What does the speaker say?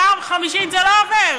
פעם חמישית, זה לא עובר.